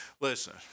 Listen